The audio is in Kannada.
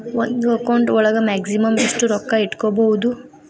ಒಂದು ಅಕೌಂಟ್ ಒಳಗ ಮ್ಯಾಕ್ಸಿಮಮ್ ಎಷ್ಟು ರೊಕ್ಕ ಇಟ್ಕೋಬಹುದು?